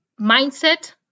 mindset